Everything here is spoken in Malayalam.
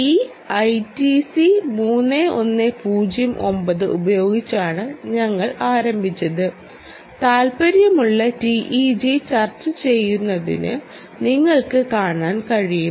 ഈ ഐടിസി 3109 ഉപയോഗിച്ചാണ് ഞങ്ങൾ ആരംഭിച്ചത് താൽപ്പര്യമുള്ള ടിഇജി ചർച്ചചെയ്യുന്നത് നിങ്ങൾക്ക് കാണാൻ കഴിയും